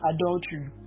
adultery